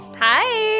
Hi